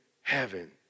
heaven